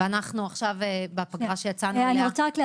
עכשיו בפגרה שיצאנו אליה --- אני רוצה רק לעדכן,